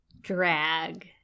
drag